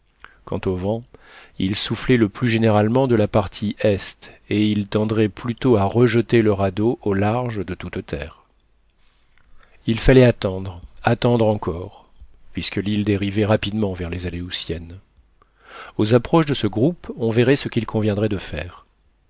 quant au vent il soufflait le plus généralement de la partie est et il tendrait plutôt à rejeter le radeau au large de toute terre il fallait attendre attendre encore puisque l'île dérivait rapidement vers les aléoutiennes aux approches de ce groupe on verrait ce qu'il conviendrait de faire